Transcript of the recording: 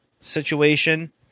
situation